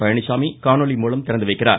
பழனிச்சாமி காணொலி மூலம் திறந்து வைக்கிறார்